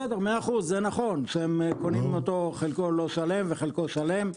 זה נכון שהם קונים אותו, חלקו לא שלם וחלקו שלם.